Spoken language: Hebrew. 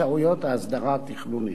ההסדרה התכנונית.